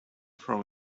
from